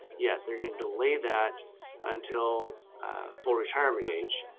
yeah, they're gonna delay that until full retirement age.